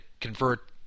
convert